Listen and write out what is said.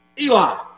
Eli